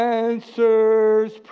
answers